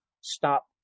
stop